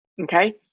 okay